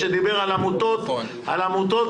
שדיבר על עמותות ומדריכים.